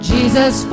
Jesus